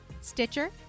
Stitcher